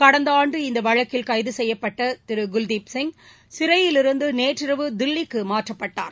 கடந்த ஆண்டு இந்த வழக்கில் கைது செய்யப்பட்ட திரு குல்தீப் சிங் சிட்டாப்பூர் சிறையிலிருந்து நேற்றிரவு தில்லிக்கு மாற்றப்பட்டார்